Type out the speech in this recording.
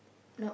nope